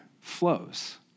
flows